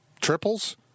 triples